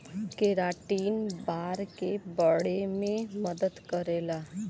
keratin बार के बढ़े में मदद करेला